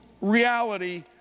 reality